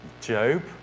Job